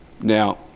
Now